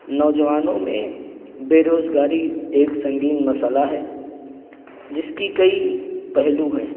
نوجوانوں میں بےروزگاری ایک سنگین مسئلہ ہے جس کی کئی پہلو ہیں